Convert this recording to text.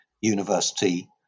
university